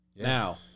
Now